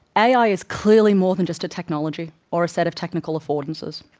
ai is clearly more than just a technology or a set of technical affordances.